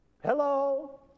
Hello